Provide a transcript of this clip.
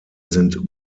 sind